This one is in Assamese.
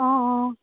অ' অ'